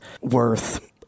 worth